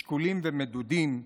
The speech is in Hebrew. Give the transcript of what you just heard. שקולים ומדודים,